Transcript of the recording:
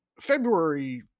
February